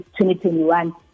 2021